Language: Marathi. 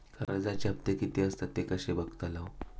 कर्जच्या हप्ते किती आसत ते कसे बगतलव?